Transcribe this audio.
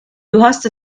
hast